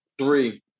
Three